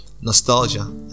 nostalgia